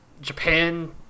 Japan